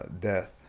Death